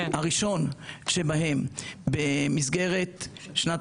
הראשון שבהם במסגרת שנת